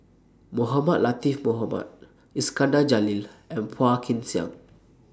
Mohamed Latiff Mohamed Iskandar Jalil and Phua Kin Siang